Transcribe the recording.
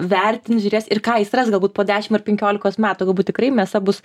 vertins žiūrės ir ką jis ras galbūt po dešim ar penkiolikos metų galbūt tikrai mėsa bus